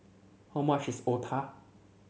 how much is Otah